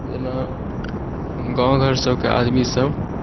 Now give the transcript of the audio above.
जेना गाँव घर सबके आदमी सब